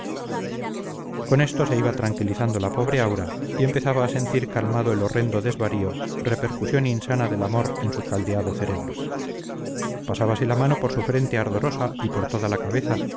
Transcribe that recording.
con esto se iba tranquilizando la pobre aura y empezaba a sentir calmado el horrendo desvarío repercusión insana del amor en su caldeado cerebro pasábase la mano por su frente ardorosa y por toda la cabeza